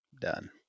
Done